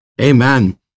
Amen